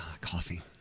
coffee